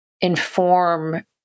inform